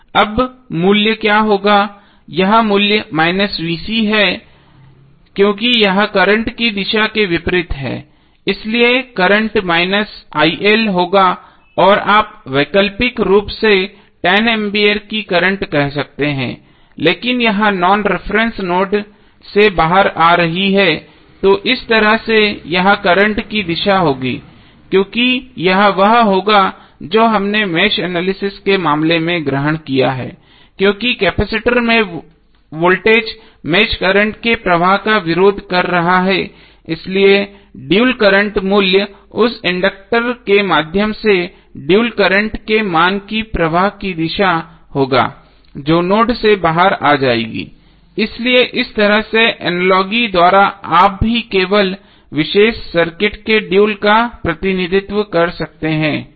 अब मूल्य क्या होगा यहाँ मूल्य है क्योंकि यह करंट की दिशा के विपरीत है इसलिए करंट होगा या आप वैकल्पिक रूप से 10 एम्पीयर की करंट कह सकते हैं लेकिन यह नॉन रिफरेन्स नोड से बाहर आ रही है तो इस तरह से यह करंट की दिशा होगी क्योंकि यह वह होगा जो हमने मेष एनालिसिस के मामले में ग्रहण किया है क्योंकि कैपेसिटर में वोल्टेज मेष करंट के प्रवाह का विरोध कर रहा है इसलिए ड्यूल करंट मूल्य उस इंडक्टर के माध्यम से ड्यूल करंट के मान की प्रवाह की दिशा होगा जो नोड से बाहर आ जाएगी इसलिए इस तरह से अनालोगी द्वारा आप भी केवल विशेष सर्किट के ड्यूल का प्रतिनिधित्व कर सकते हैं